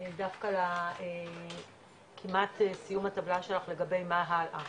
דווקא כמעט סיום הטבלה שלך לגבי מה הלאה,